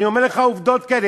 אני אומר לך עוּבדות כאלה,